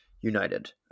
United